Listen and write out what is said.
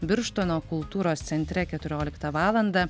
birštono kultūros centre keturioliktą valandą